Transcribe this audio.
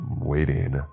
waiting